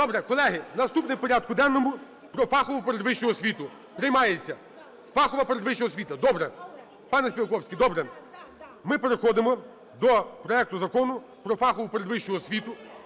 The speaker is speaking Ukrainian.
Добре. Колеги, наступний в порядку денному про фаховупередвищу освіту. Приймається. Фахова передвища освіта. Добре. Пане Співаковський, добре. Ми переходимо до проекту Закону про фаховупередвищу освіту.